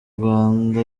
rwanda